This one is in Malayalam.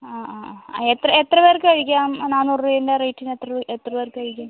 അ അ എത്ര പേർക്ക് കഴിക്കാം നാന്നൂറ് രൂപേൻ്റെ റേറ്റിന് എത്ര പേർക്ക് കഴിക്കാം